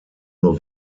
nur